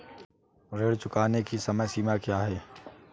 ऋण चुकाने की समय सीमा क्या है?